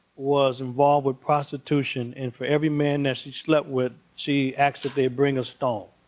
was involved with prostitution. and for every man that she slept with, she asked that they bring a stone.